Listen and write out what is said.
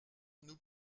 nous